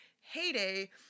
heyday